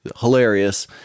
hilarious